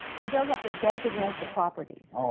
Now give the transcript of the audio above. you don't have to designate the properties. oh,